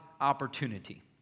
opportunity